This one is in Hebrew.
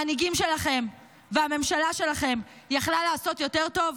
המנהיגים שלכם והממשלה שלכם יכלה לעשות יותר טוב?